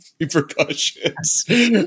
repercussions